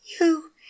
You